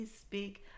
speak